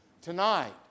Tonight